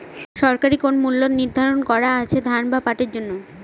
সরকারি কোন মূল্য নিধারন করা আছে ধান বা পাটের জন্য?